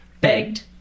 begged